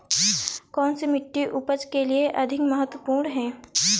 कौन सी मिट्टी उपज के लिए अधिक महत्वपूर्ण है?